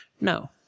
no